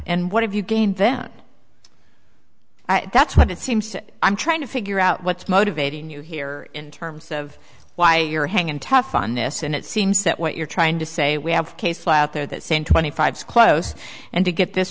and what have you gained them that's what it seems to i'm trying to figure out what's motivating you here in terms of why you're hanging tough on this and it seems that what you're trying to say we have case flat out there that same twenty five's close and to get this